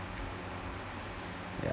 ya